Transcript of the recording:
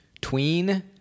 tween